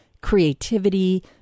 creativity